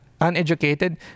uneducated